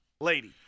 lady